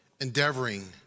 endeavoring